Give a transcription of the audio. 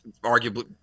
arguably